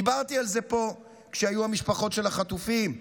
דיברתי על זה פה כשהיו המשפחות של החטופים,